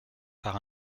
par